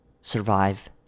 survive